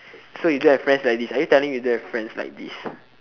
so you don't have friends like this are you telling you don't have friends like this